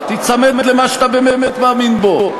תיצמד למה שאתה באמת מאמין בו,